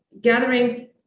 gathering